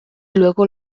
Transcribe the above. luego